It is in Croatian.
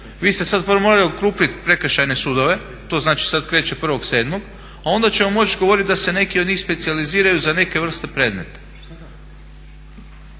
Vi ste sad prvo morali okrupniti prekršajne sudove. To znači sad kreće 1.7., a onda ćemo moći govoriti da se neki od njih specijaliziraju za neke vrste predmeta.